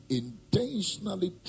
intentionally